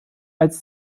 als